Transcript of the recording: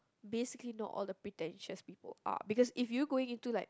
basically not all the pretentious people are because if you going into like